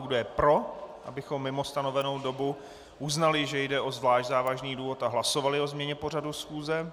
Kdo je pro, abychom mimo stanovenou dobu uznali, že jde o zvlášť závažný důvod a hlasovali o změně pořadu schůze?